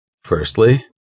Firstly